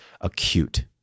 acute